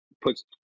puts